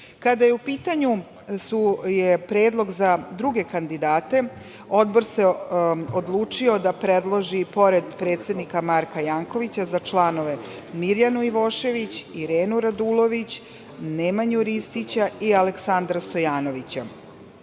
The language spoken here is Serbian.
je u pitanju predlog za druge kandidate Odbor se odlučio da predloži, pored predsednika Marka Jankovića, za članove Mirjanu Ivošević, Irenu Radulović, Nemanju Ristića i Aleksandra Stojanovića. Interesantno